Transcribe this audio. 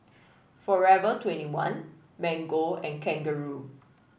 forever twenty one Mango and Kangaroo